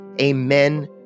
Amen